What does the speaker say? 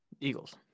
Eagles